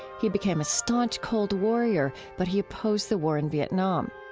he became a staunch cold warrior, but he opposed the war in vietnam.